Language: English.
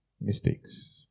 mistakes